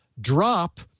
drop